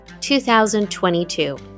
2022